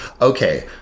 okay